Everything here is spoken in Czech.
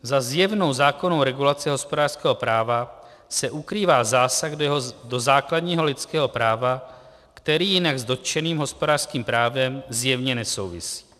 Za zjevnou zákonnou regulací hospodářského práva se ukrývá zásah do základního lidského práva, který jinak s dotčeným hospodářským právem zjevně nesouvisí.